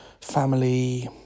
family